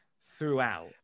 throughout